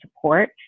support